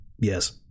Yes